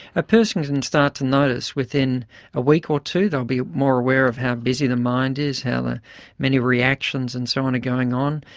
a person can start to notice within a week or two they will be more aware of how busy the mind is, how the many reactions and so on are going on,